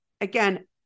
Again